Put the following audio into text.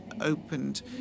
opened